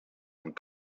and